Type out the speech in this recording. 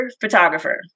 photographer